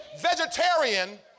vegetarian